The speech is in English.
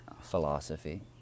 philosophy